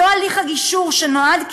אותו הליך גישור שנועד,